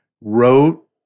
wrote